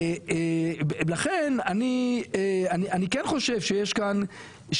לכן אני כן חושב שיש כאן,